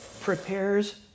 prepares